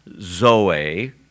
zoe